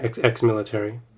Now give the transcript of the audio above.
ex-military